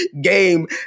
Game